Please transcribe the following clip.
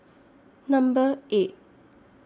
Number eight